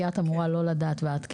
כי את אמורה לא לדעת ואת כן.